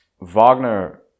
Wagner